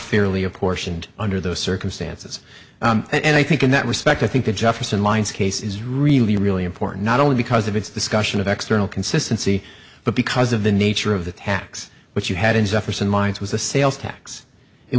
fairly apportioned under those circumstances and i think in that respect i think the jefferson lines case is really really important not only because of its discussion of accidental consistency but because of the nature of the tax what you had in jefferson mines was a sales tax it